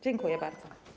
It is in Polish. Dziękuję bardzo.